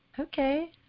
Okay